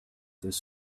this